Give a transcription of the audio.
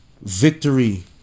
Victory